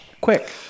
Quick